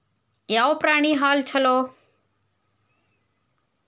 ಯಾವ ಪ್ರಾಣಿ ಹಾಲು ಛಲೋ?